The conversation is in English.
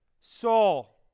Saul